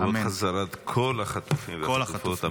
לכבוד חזרת כל החטופים והחטופות.